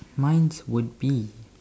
mine's would be